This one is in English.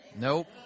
Nope